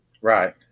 Right